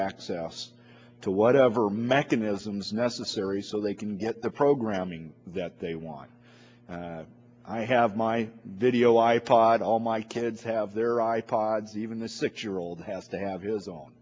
access to whatever mechanisms necessary so they can get the programming that they want i have my video i pod all my kids have their i pods even the six year old has to have his own